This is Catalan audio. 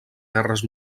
guerres